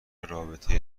رابطه